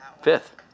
fifth